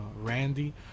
Randy